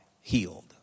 healed